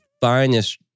finest